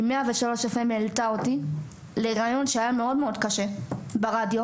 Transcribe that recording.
מרדיו 103FM העלתה אותי לראיון שהיה מאוד קשה ברדיו,